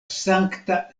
sankta